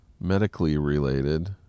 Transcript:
medically-related